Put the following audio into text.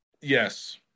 Yes